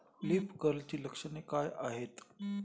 Leaf कर्लची लक्षणे काय आहेत?